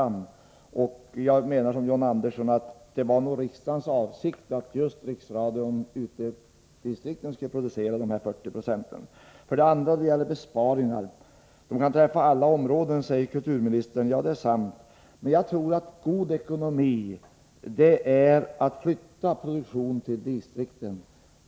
Liksom John Andersson menar jag att det var riksdagens avsikt att just Riksradion ute i distrikten skulle producera de nu diskuterade 40 procenten. När det gäller besparingar säger kulturministern att de kan träffa alla områden. Ja, det är sant. Men jag tror att det är god ekonomi att flytta produktion till distrikten.